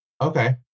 Okay